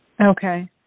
Okay